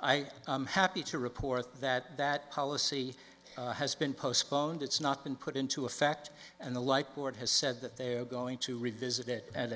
i happy to report that that policy has been postponed it's not been put into effect and the light board has said that they are going to revisit that